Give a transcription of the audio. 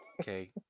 okay